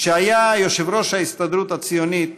שהיה יושב-ראש ההסתדרות הציונית,